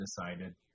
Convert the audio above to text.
decided